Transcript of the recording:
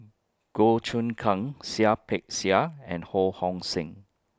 Goh Choon Kang Seah Peck Seah and Ho Hong Sing